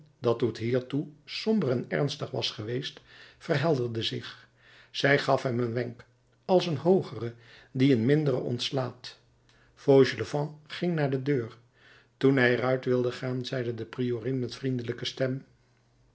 dat tot hiertoe somber en ernstig was geweest verhelderde zich zij gaf hem een wenk als een hoogere die een mindere ontslaat fauchelevent ging naar de deur toen hij er uit wilde gaan zeide de priorin met vriendelijke stem